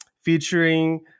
featuring